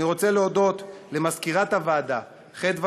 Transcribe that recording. אני רוצה להודות למזכירת הוועדה חדוה